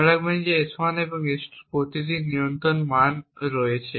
মনে রাখবেন যে S1 এবং S2 এর প্রতিটির নিয়ন্ত্রণ মান রয়েছে